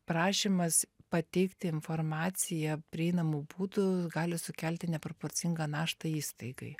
prašymas pateikti informaciją prieinamu būdu gali sukelti neproporcingą naštą įstaigai